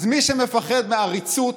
אז מי שמפחד מעריצות,